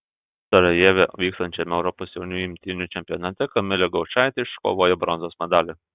sarajeve vykstančiame europos jaunių imtynių čempionate kamilė gaučaitė iškovojo bronzos medalį